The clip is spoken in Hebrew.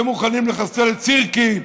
ומוכנים לחסל את סירקין,